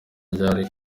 ryari